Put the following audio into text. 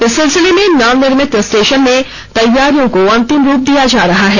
इस सिलसिले में नवनिर्मित स्टेशन में तैयारियों को अंतिम रूप दिया जा रहा है